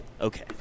Okay